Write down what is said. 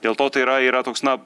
dėl to tai yra yra toks na